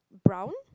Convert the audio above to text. brown